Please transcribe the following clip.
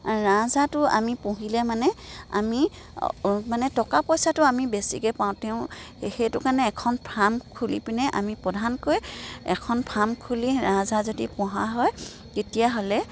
ৰাজহাঁহটো আমি পুহিলে মানে আমি মানে টকা পইচাটো আমি বেছিকে পাওঁ তেওঁ সেইটো কাৰণে এখন ফাৰ্ম খুলি পিনে আমি প্ৰধানকৈ এখন ফাৰ্ম খুলি ৰাজহাঁহ যদি পোহা হয় তেতিয়াহ'লে